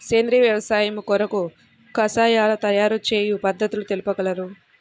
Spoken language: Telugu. సేంద్రియ వ్యవసాయము కొరకు కషాయాల తయారు చేయు పద్ధతులు తెలుపగలరు?